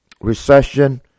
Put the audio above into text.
recession